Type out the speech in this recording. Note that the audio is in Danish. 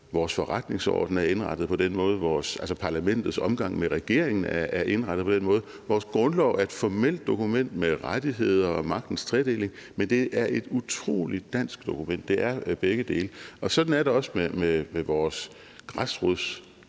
Vores forretningsorden er indrettet på den måde, parlamentets omgang med regeringen er indrettet på den måde. Vores grundlov er et formelt dokument med rettigheder og magtens tredeling. Men det er et utrolig dansk dokument. Det er begge dele. Og sådan er det også med vores